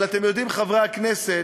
אבל אתם יודעים, חברי הכנסת,